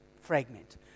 fragment